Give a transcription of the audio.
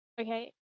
Okay